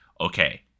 okay